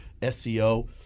SEO